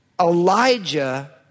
Elijah